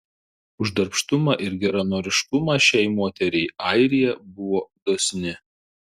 už darbštumą ir geranoriškumą šiai moteriai airija buvo dosni